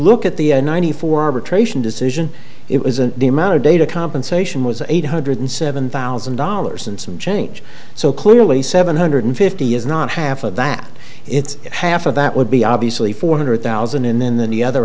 look at the ninety four arbitration decision it was and the amount of data compensation was eight hundred seven thousand dollars and some change so clearly seven hundred fifty is not half of that it's half of that would be obviously four hundred thousand and then than the other